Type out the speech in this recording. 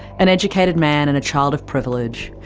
an educated man, and a child of privilege,